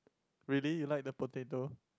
really you like the potato